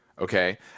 okay